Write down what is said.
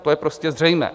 To je prostě zřejmé.